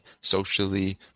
socially